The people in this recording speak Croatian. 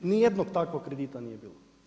Nijednog takvog kredita nije bilo.